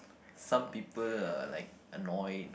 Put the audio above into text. some people are like annoyed